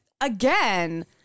again